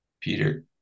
Peter